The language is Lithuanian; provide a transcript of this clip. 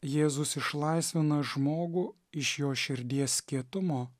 jėzus išlaisvina žmogų iš jo širdies kietumo